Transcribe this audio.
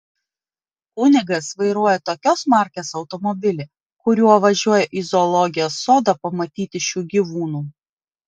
kunigas vairuoja tokios markės automobilį kuriuo važiuoja į zoologijos sodą pamatyti šių gyvūnų